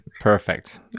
Perfect